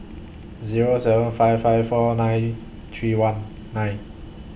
Zero seven five five four nine three one nine